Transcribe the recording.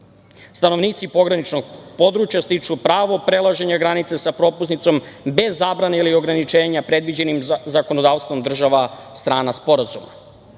Stanovnici pograničnog područja stiču pravo prelaženja granica sa propusnicom bez zabrane ili ograničenja predviđeni zakonodavstvom država strana sporazuma. Pogranični